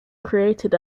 created